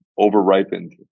over-ripened